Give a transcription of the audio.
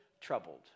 troubled